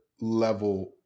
level